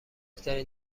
ترین